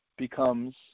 becomes